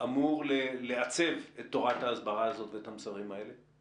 אמור לעצב את תורה ההסברה הזאת ואת המסרים האלה?